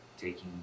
taking